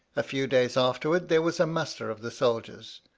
a few days afterwards there was a muster of the soldiers,